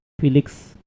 Felix